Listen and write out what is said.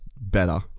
better